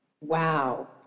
wow